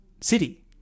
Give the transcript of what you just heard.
city